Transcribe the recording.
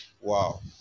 wow